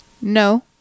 No